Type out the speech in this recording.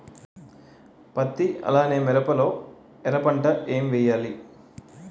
పత్తి అలానే మిరప లో ఎర పంట ఏం వేయాలి?